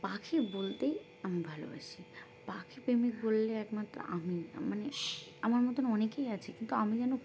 পাখি বলতেই আমি ভালোবাসি পাখি প্রেমিক বললে একমাত্র আমি মানে আমার মতন অনেকেই আছে কিন্তু আমি যেন